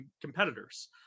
competitors